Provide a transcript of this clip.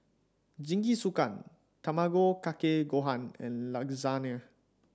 Jingisukan Tamago Kake Gohan and Lasagne